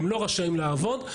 הם לא רשאים לעבוד.